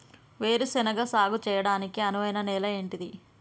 వేరు శనగ సాగు చేయడానికి అనువైన నేల ఏంటిది?